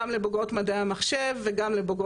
זה שכר חודשי לבוגרים ובוגרות במדעי המחשב והנדסה,